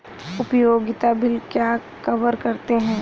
उपयोगिता बिल क्या कवर करते हैं?